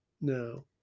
No